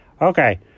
Okay